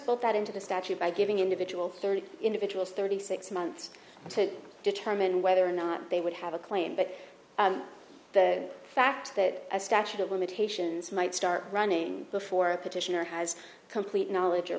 put that into the statute by giving individual thirty individuals thirty six months to determine whether or not they would have a claim but the fact that a statute of limitations might start running before petitioner has complete knowledge or